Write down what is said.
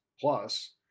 plus